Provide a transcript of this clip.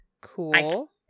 Cool